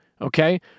okay